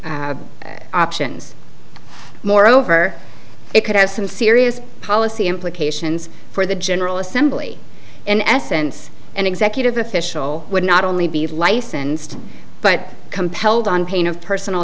tejas options moreover it could have some serious policy implications for the general assembly in essence an executive official would not only be licensed but compelled on pain of personal